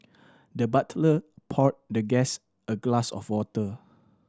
the butler poured the guest a glass of water